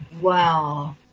Wow